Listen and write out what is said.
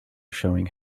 showing